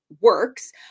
works